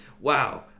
Wow